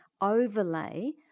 overlay